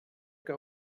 que